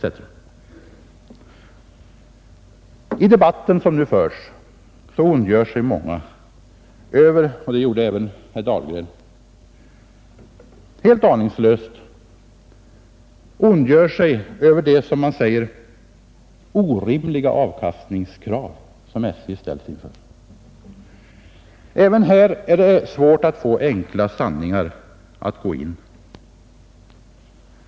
I den debatt som nu förs ondgör sig många helt aningslöst — det gjorde även herr Dahlgren — över det som man säger ”orimliga avkastningskrav” som SJ ställs inför. Även här är det svårt att få enkla sanningar att gå in.